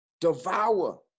devour